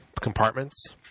compartments